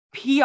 PR